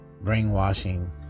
brainwashing